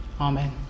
Amen